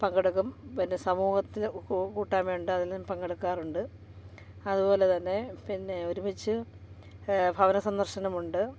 പങ്കെടുക്കും പിന്നെ സമൂഹത്ത് കൂട്ടായ്മ ഉണ്ട് അതിലും പങ്കെടുക്കാറുണ്ട് അതുപോലെ തന്നെ പിന്നെ ഒരുമിച്ച് ഭവന സന്ദർശനമുണ്ട്